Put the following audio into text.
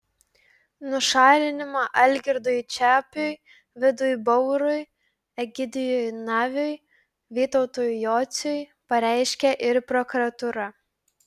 nušalinimą algirdui čepiui vidui baurui egidijui naviui vytautui jociui pareiškė ir prokuratūra